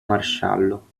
maresciallo